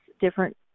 different